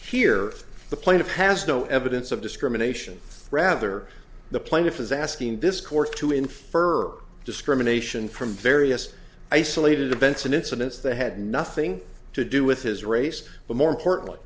here the plaintiff has no evidence of discrimination rather the plaintiff is asking this court to infer discrimination from various isolated events and incidents they had nothing to do with his race but more importantly